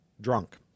drunk